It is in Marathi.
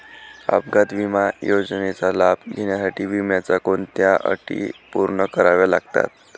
अपघात विमा योजनेचा लाभ घेण्यासाठी विम्याच्या कोणत्या अटी पूर्ण कराव्या लागतात?